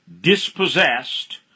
dispossessed